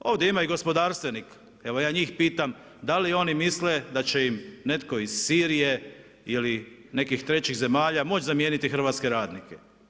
Ovdje ima i gospodarstvenika, evo ja njih pitam da li oni misle da će im netko iz Sirije ili iz nekih trećih zemalja moći zamijeniti hrvatske radnike?